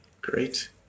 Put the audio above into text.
Great